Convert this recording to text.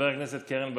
חברת הכנסת קרן ברק,